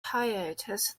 hiatus